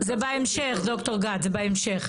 זה בהמשך, ד"ר גת, זה בהמשך.